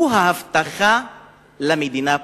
הוא ההבטחה למדינה פה.